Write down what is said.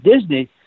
Disney